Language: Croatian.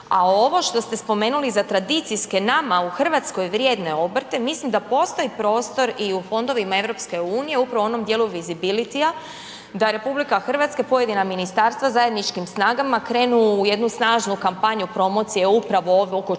a ovo što ste spomenuli za tradicijske nama u Hrvatskoj vrijedne obrte, mislim da postoji prostor i u fondovima EU, upravo u onom dijelu Visibilityja da RH i pojedina ministarstva zajedničkim snagama krenu u jednu snažnu kampanju promocije upravo ovo oko